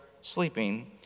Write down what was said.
sleeping